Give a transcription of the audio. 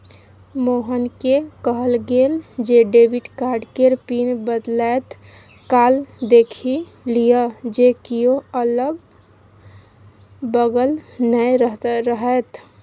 मोहनकेँ कहल गेल जे डेबिट कार्ड केर पिन बदलैत काल देखि लिअ जे कियो अगल बगल नै रहय